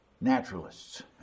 Naturalists